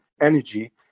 energy